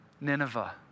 Nineveh